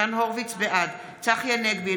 בעד צחי הנגבי,